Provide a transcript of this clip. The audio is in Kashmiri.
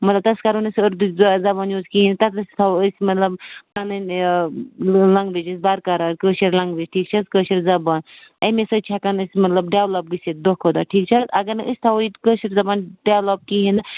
مطلب تَتٮ۪س کَرَو نہَ أسۍ اُردو زبان یوٗز کِہیٖنٛۍ تَتنس تھاوَو أسۍ مطلب پَنٕنۍ یہِ لَنٛگویج أسۍ بَرقرار کٲشِر لَنٛگویج ٹھیٖک چھِ حظ کٲشِر زبان اَمی سۭتۍ چھِ ہٮ۪کان أسۍ مطلب ڈیولَپ گٔژھِتھ دۄہ کھۄتہٕ دۄہ ٹھیٖک چھِ حظ اگر نہَ أسۍ تھاوَو یہِ کٲشِر زبان ڈیولَپ کِہیٖنٛۍ نہَ